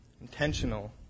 Intentional